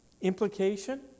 Implication